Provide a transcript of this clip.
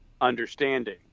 understanding